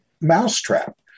mousetrap